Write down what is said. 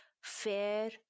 Fair